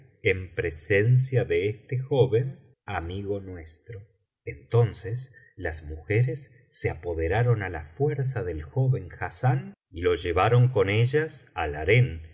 en presencia de este joven amigo nuestro entonces las mujeres se apoderaron á la fuerza clel joven hassán y lo llevaron con ellas al harén